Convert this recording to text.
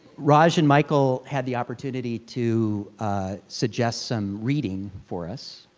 raj and michael had the opportunity to suggest some reading for us.